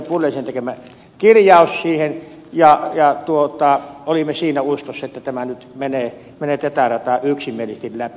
pulliaisen tekemän kirjauksen siihen ja olimme siinä uskossa että tämä nyt menee tätä rataa yksimielisesti läpi